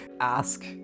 ask